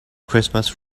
christmas